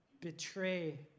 Betray